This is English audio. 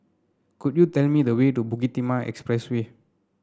could you tell me the way to Bukit Timah Expressway